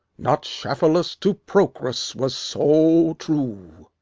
not shafalus to procrus was so true.